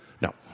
No